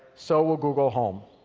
so will google home.